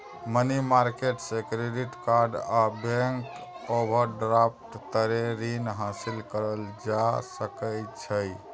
money market से credit आ bank overdraft तरे रीन हासिल करल जा सकइ छइ